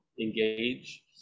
engage